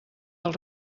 del